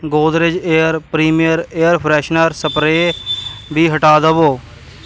Godrej air premier air fresheners spray ਵੀ ਹਟਾ ਦਵੋ